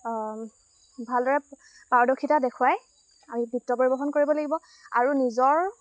ভালদৰে পাৰদৰ্শিতা দেখুৱাই আমি নৃত্য পৰিৱেশন কৰিব লাগিব আৰু নিজৰ